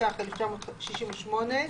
התשכ"ח 1968‏,